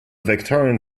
victorian